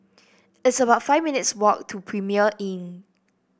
it's about five minutes' walk to Premier Inn